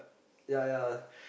ya ya